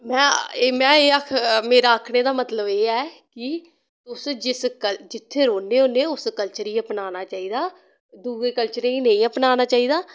मैं एह् मेरा आक्खने दा मतलव एह् ऐ कि तुस जिस कल्चर जित्थे रौह्न्ने होन्ने उस कल्चर गी अपनाना चाहिदा दुए कल्चरे गी नेईं अपनाना चाहिदा